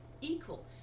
equal